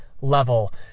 level